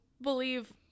believe